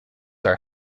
are